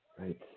Right